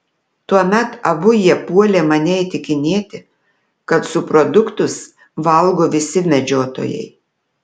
tuomet abu jie puolė mane įtikinėti kad subproduktus valgo visi medžiotojai